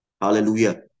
Hallelujah